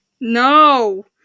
No